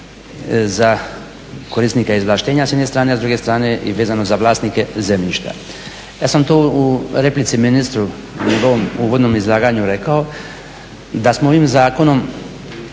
za korisnike izvlaštenja s jedne strane, a s druge strane i vezano za vlasnike zemljišta. Ja sam u replici ministru u njegovom uvodnom izlaganju rekao da smo ovim zakonom